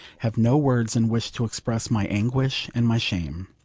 have no words in which to express my anguish and my shame.